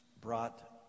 brought